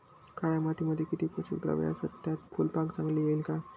काळ्या मातीमध्ये किती पोषक द्रव्ये असतात, त्यात फुलबाग चांगली येईल का?